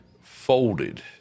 folded